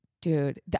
dude